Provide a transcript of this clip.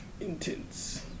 Intense